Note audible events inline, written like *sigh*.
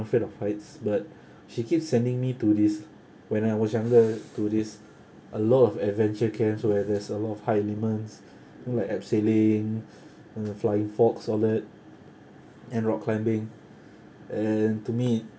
afraid of heights but she keeps sending me to this when I was younger to this a lot of adventure camps where there's a lot of high elements you know like abseiling *breath* uh flying fox all that and rock climbing and to me